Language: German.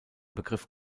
begriff